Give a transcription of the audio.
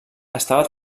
estava